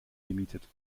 gemietet